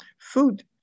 food